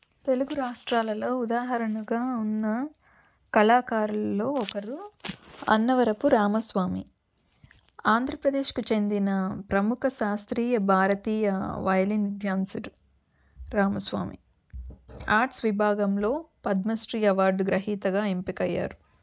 తెలుగు రాష్ట్రాలలో ఉదాహరణగా ఉన్న కళాకారుల్లో ఒకరు అన్నవరపు రామస్వామి ఆంధ్రప్రదేశ్కు చెందిన ప్రముఖ శాస్త్రీయ భారతీయ వయలిన్ విద్వాంసుడు రామస్వామి ఆర్ట్స్ విభాగంలో పద్మశ్రీ అవార్డు గ్రహీతగా ఎంపికయ్యారు